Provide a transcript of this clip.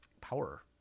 power